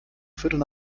viertel